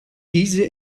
diese